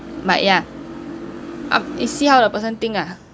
but ya up it's see how the person think ah